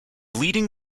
leading